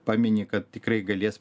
pamini kad tikrai galės